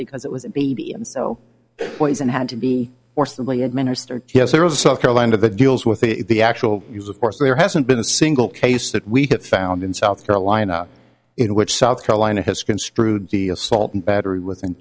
because it was a baby and so boys and had to be forcibly administered yes there was south carolina that deals with the actual use of force there hasn't been a single case that we have found in south carolina in which south carolina has construed the assault and battery with in